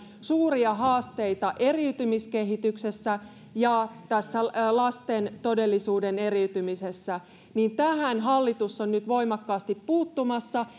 suuria haasteita eriytymiskehityksessä ja lasten todellisuuden eriytymisessä tähän hallitus on nyt voimakkaasti puuttumassa